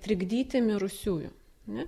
trikdyti mirusiųjų ane